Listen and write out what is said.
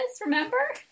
remember